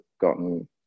gotten